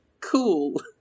Cool